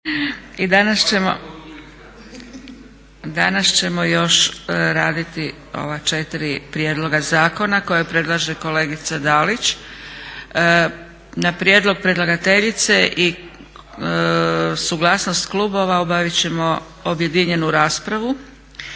Danas ćemo još raditi ova četiri prijedloga zakona koja predlaže kolegica Dalić. Na prijedlog predlagateljice i suglasnost klubova obavit ćemo objedinjenu raspravu.